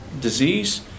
disease